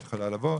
את יכולה לבוא.